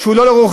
שהוא לא לרוחי,